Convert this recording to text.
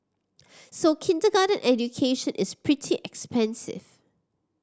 so kindergarten education is pretty expensive